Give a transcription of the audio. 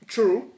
True